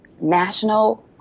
national